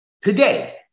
Today